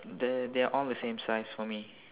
the~ they are all the same size for me